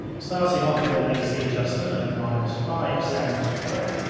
starting off with an ac adjustment of minus five sounds great.